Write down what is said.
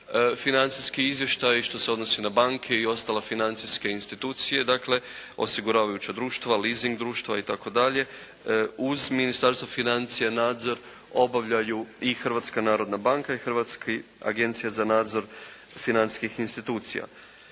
financijski izvještaji što se odnosi na banke i ostale financijske institucije, dakle, osiguravajuća društva, leasing društva itd., uz Ministarstvo financija nadzor obavljaju Hrvatska narodna banka i Hrvatska agencija za nadzor financijskih institucija.